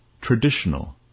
traditional